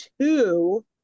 two